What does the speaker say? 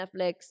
Netflix